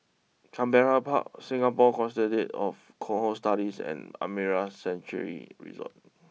Canberra Park Singapore Consortium of Cohort Studies and Amara Sanctuary Resort